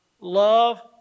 Love